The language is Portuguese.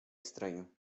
estranho